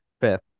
fifth